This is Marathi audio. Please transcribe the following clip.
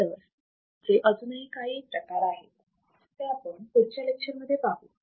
फिल्टर्स चे अजूनही काही प्रकार आहेत ते आपण पुढच्या लेक्चर मध्ये पाहू